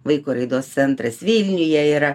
vaiko raidos centras vilniuje yra